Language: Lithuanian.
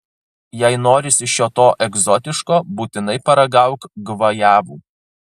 jei norisi šio to egzotiško būtinai paragauk gvajavų